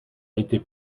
été